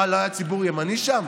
מה, לא היה ציבור ימני שם?